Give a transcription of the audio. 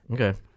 Okay